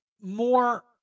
more